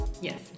Yes